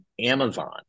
Amazon